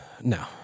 No